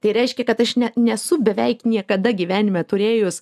tai reiškia kad aš ne nesu beveik niekada gyvenime turėjus